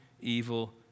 evil